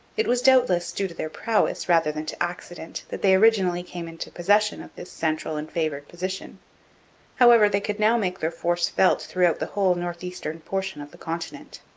it was doubtless due to their prowess rather than to accident that they originally came into possession of this central and favoured position however, they could now make their force felt throughout the whole north-eastern portion of the continent.